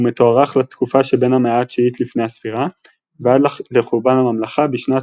הוא מתוארך לתקופה שבין המאה ה-9 לפנה"ס ועד לחורבן הממלכה בשנת